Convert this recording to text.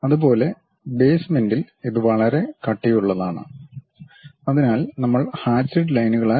അതുപോലെ ബേസ്മെന്റിൽ ഇത് വളരെ കട്ടിയുള്ളതാണ് അതിനാൽ നമ്മൾ ഹാചിഡ് ലൈനുകളാൽ